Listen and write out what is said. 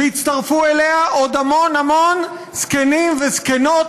והצטרפו אליה עוד המון המון זקנים וזקנות,